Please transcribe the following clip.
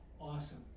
awesome